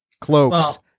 Cloaks